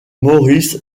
morris